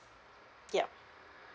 yup